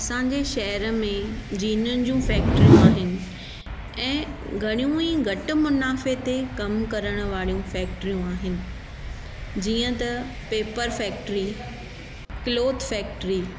असांजे शहर में जीननि जूं फैक्ट्रीयूं आहिनि ऐं घणियूं ई घटि मुनाफ़े ते कमु करण वारियूं फैक्ट्रीयूं आहिनि जीअं त पेपर फैक्ट्री क्लोथ फैक्ट्री